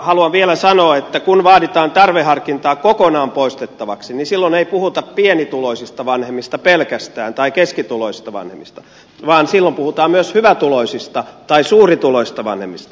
haluan vielä sanoa että kun vaaditaan tarveharkintaa kokonaan poistettavaksi niin silloin ei puhuta pienituloisista vanhemmista pelkästään tai keskituloisista vanhemmista vaan silloin puhutaan myös hyvätuloisista tai suurituloisista vanhemmista